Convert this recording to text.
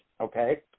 okay